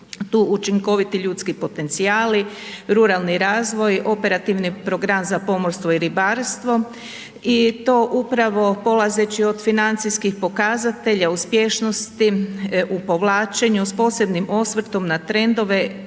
tu učinkoviti ljudski potencijali, ruralni razvoj, Operativni program za pomorstvo i ribarstvo i to upravo polazeći od financijskih pokazatelja uspješnosti u povlačenju s posebnim osvrtom na trendove